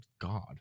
God